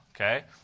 okay